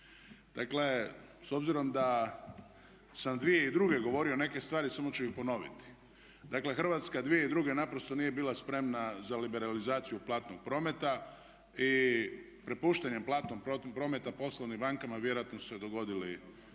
Dakle, s obzirom da sam 2002. govorio neke stvari samo ću ih ponoviti. Dakle Hrvatska 2002. naprosto nije bila spremna za liberalizaciju platnog prometa i prepuštanje platnog prometa poslovnim bankama vjerojatno su se dogodili i